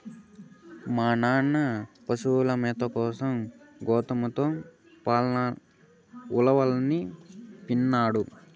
మా నాయన పశుల మేత కోసం గోతంతో ఉలవనిపినాడు